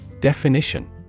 Definition